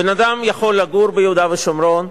בן-אדם יכול לגור ביהודה ושומרון,